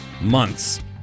months